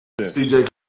CJ